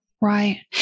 Right